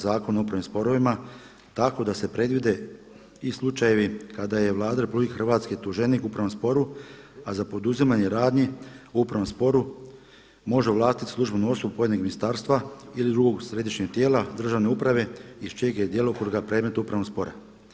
Zakona o upravnim sporovima tako da se predvide i slučajevi kada je Vlada RH tuženik u upravnom sporu a za poduzimanje radnji u upravnom sporu može ovlastiti službenu osobu pojedinih ministarstva ili drugog središnjeg tijela državne uprave iz čijeg je djelokruga predmet upravnog spora.